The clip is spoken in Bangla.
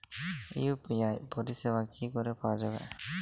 ইউ.পি.আই পরিষেবা কি করে পাওয়া যাবে?